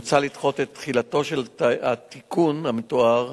מוצע לדחות את תחילתו של התיקון המתואר